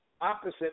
opposite